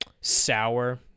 sour